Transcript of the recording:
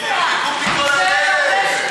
חיבוק מכל הלב.